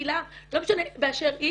קהילה באשר היא